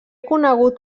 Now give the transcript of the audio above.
conegut